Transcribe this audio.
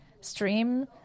stream